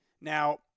Now